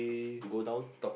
go down